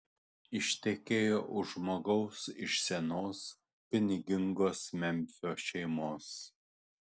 ištekėjo už žmogaus iš senos pinigingos memfio šeimos